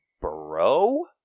bro